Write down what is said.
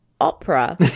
opera